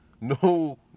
No